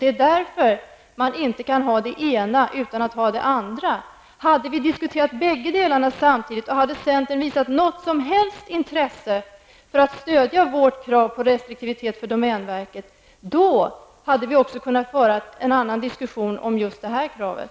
Det är därför man inte kan ha det ena utan att ha det andra. Hade vi diskuterat bägge delarna och hade centern visat ens det minsta intresse för att stödja vårt krav på restriktivitet när det gäller domänverket, då hade vi kunnat föra en annan diskussion om det kravet.